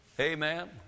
Amen